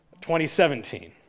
2017